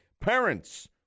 Parents